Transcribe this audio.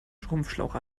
schrumpfschlauch